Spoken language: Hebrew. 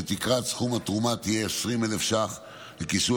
ותקרת סכום התרומה תהיה 20,000 שקלים,